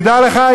תדע לך,